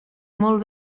molt